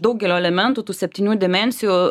daugelio elementų tų septynių dimensijų